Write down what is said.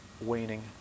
waning